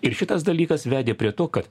ir šitas dalykas vedė prie to kad